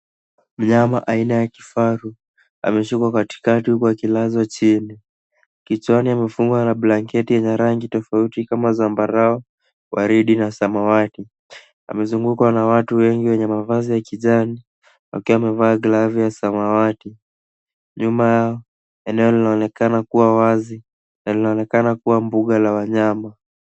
Mnyama aina ya kifaru ameshikwa katikati huku akilazwa chini. Kichwani amefungwa na blanketi yenye rangi tofauti kama zambarau, waridi na samawati. Amezungukwa na watu wengi wenye mavazi ya kijani, wakiwa wamevaa glavu ya samawati. Nyuma yao, eneo linaonekana kuwa wazi na linaonekana kuwa mbuga la wanyama.